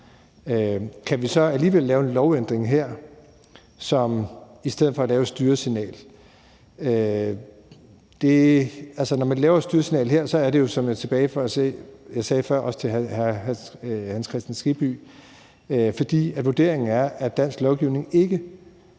Kan vi så alligevel lave en lovændring her i stedet for at lave et styresignal? Når man laver et styresignal her, er det jo – for at vende tilbage til det, jeg også sagde før til hr. Hans Kristian Skibby – fordi vurderingen er, at dansk lovgivning ikke